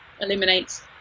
eliminates